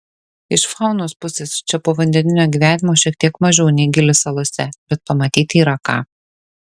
iš faunos pusės čia povandeninio gyvenimo šiek tiek mažiau nei gili salose bet pamatyti yra ką